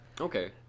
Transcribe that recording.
okay